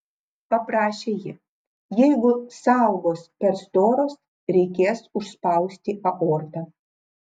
paprašė ji jeigu sąaugos per storos reikės užspausti aortą